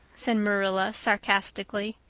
said marilla sarcastically.